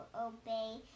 obey